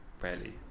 rarely